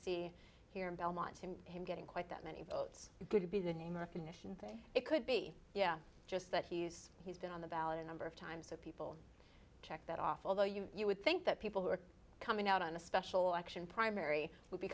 see here in belmont him getting quite that many votes it good to be the name recognition thing it could be yeah just that he's he's been on the ballot a number of times so people check that off although you you would think that people who are coming out on a special action primary would be